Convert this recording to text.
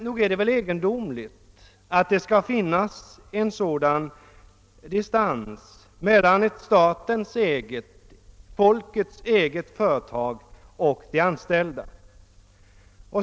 Nog är det egondomligt att det skall finnas en sådan distans mellan ett statens eget, folkets eget, företag och de anställda.